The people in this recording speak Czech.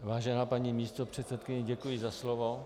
Vážená paní místopředsedkyně, děkuji za slovo.